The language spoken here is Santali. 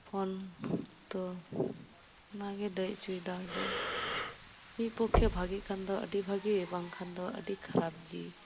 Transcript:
ᱯᱷᱳᱱ ᱛᱚ ᱚᱱᱟᱜᱮ ᱞᱟᱹᱭ ᱦᱚᱪᱚᱭᱮᱫᱟ ᱡᱮ ᱢᱤᱫ ᱯᱚᱠᱠᱷᱮ ᱠᱷᱟᱱ ᱫᱚ ᱟᱰᱤ ᱵᱷᱟᱜᱮ ᱵᱟᱝᱠᱷᱟᱱ ᱫᱚ ᱟᱰᱤ ᱠᱷᱟᱨᱟᱯ ᱜᱮ